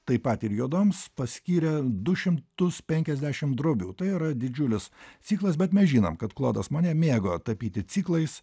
taip pat ir juodoms paskyrė du šimtus penkiasdešimt drobių tai yra didžiulis ciklas bet mes žinom kad klodas monė mėgo tapyti ciklais